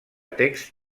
text